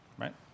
right